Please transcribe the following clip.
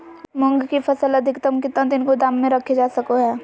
मूंग की फसल अधिकतम कितना दिन गोदाम में रखे जा सको हय?